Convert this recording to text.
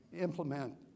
implement